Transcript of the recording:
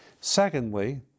Secondly